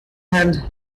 hand